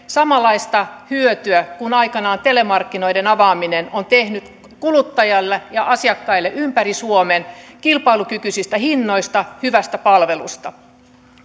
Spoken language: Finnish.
samanlaista hyötyä kuin aikanaan telemarkkinoiden avaaminen on tehnyt kuluttajille ja asiakkaille ympäri suomen kilpailukykyisistä hinnoista hyvästä palvelusta